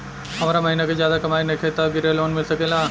हमर महीना के ज्यादा कमाई नईखे त ग्रिहऽ लोन मिल सकेला?